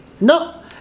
no